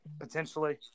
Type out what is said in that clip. potentially